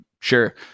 sure